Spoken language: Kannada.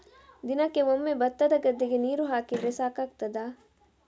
ದಿನಕ್ಕೆ ಒಮ್ಮೆ ಭತ್ತದ ಗದ್ದೆಗೆ ನೀರು ಹಾಕಿದ್ರೆ ಸಾಕಾಗ್ತದ?